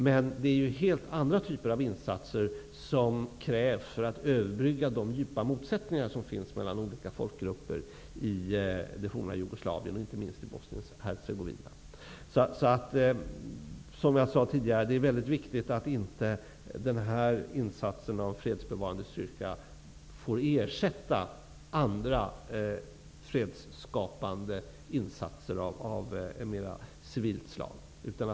Men det är helt andra typer av insatser som krävs för att överbrygga de djupa motsättningar som finns mellan olika folkgrupper i det forna Jugoslavien och inte minst i Som jag sagt tidigare är det väldigt viktigt att den här insatsen med hjälp av en fredsbevarande styrka inte får ersätta andra fredsskapande insatser av mera civilt slag.